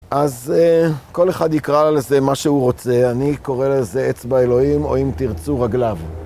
אז כל אחד יקרא לזה מה שהוא רוצה, אני קורא לזה אצבע אלוהים, או אם תרצו רגליו.